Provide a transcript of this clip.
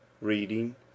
Reading